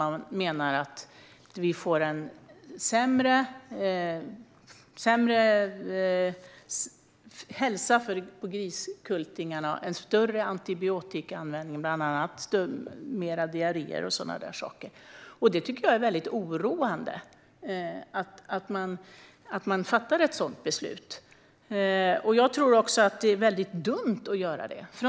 De menade att det skulle bli en sämre hälsa hos griskultingarna, en större antibiotikaanvändning, mer diarréer och sådant. Jag tycker att det är väldigt oroande att man fattar ett sådant beslut och att det är väldigt dumt att göra det.